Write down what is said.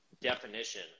definition